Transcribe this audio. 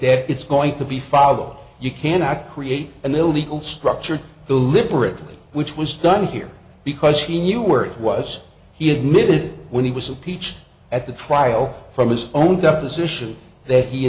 dead it's going to be follow you cannot create an illegal structure deliberately which was done here because he knew where it was he admitted when he was a peach at the trial from his own deposition that he